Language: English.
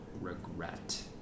regret